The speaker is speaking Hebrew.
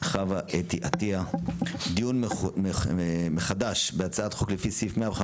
חוה אתי עטייה, דיון מחדש בהצעת החוק לפי סעיף 115